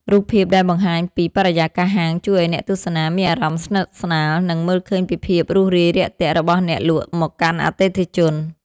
រូបភាពដែលបង្ហាញពីបរិយាកាសហាងជួយឱ្យអ្នកទស្សនាមានអារម្មណ៍ស្និទ្ធស្នាល និង មើលឃើញពីភាពរួសរាយរាក់ទាក់របស់អ្នកលក់មកកាន់អតិថិជន។